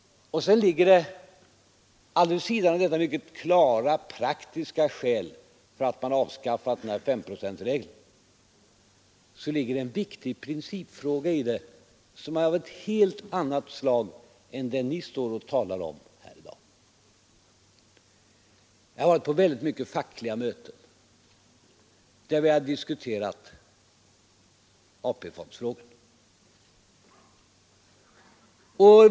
Vid sidan av detta finns det mycket klara, praktiska skäl för att man tagit bort S-procentsregeln. Detta rymmer också en viktig principfråga som är av ett helt annat slag än det ni talar om här i dag. Jag har varit på många fackliga möten där vi har diskuterat AP-fondsfrågan.